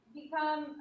become